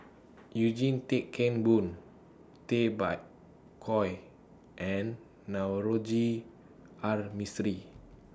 Eugene Tan Kheng Boon Tay Bak Koi and Navroji R Mistri